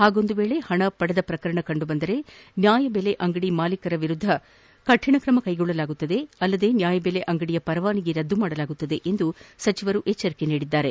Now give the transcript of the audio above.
ಹಾಗೊಂದು ವೇಳೆ ಪಣ ಪಡೆದ ಪ್ರಕರಣ ಕಂಡು ಬಂದರೆ ನ್ಯಾಯಬೆಲೆ ಅಂಗಡಿ ಮಾಲೀಕರ ವಿರುದ್ಧ ಕಠಿಣ ತ್ರಮ ಕೈಗೊಳ್ಳಲಾಗುವುದು ಅಲ್ಲದೇ ನ್ಯಾಯಬೆಲೆ ಅಂಗಡಿಯ ಪರವಾನಗಿಯನ್ನೂ ರದ್ದುಪಡಿಸಲಾಗುವುದು ಎಂದು ಗೋಪಾಲಯ್ಕ ಎಚ್ಚರಿಸಿದರು